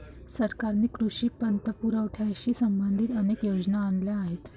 सरकारने कृषी पतपुरवठ्याशी संबंधित अनेक योजना आणल्या आहेत